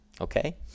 Okay